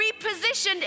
repositioned